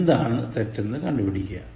എന്താണ് തെറ്റ് എന്നു കണ്ടുപിടിക്കുക